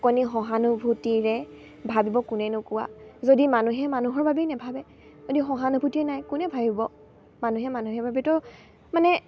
অকণি সহানুভূতিৰে ভাবিব কোনেনো কোৱা যদি মানুহে মানুহৰ বাবেই নেভাৱে যদি সহানুভূতিয়ে নাই কোনে ভাবিব মানুহে মানুহে বাবেইতো মানে